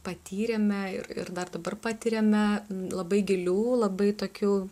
patyrėme ir ir dabar patiriame labai gilių labai tokių